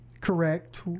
correct